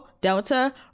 delta